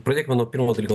pradėkime nuo pirmo dalyko